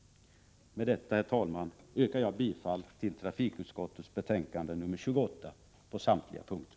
Med detta, herr talman, yrkar jag bifall till trafikutskottets hemställan i betänkande nr 28 på samtliga punkter.